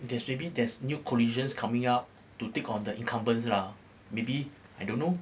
there's maybe there's new collisions coming up to take on the incumbents lah maybe I don't know